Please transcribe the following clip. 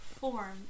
form